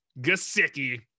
Gasicki